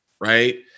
right